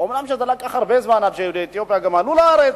אומנם לקח הרבה זמן עד שיהודי אתיופיה עלו לארץ.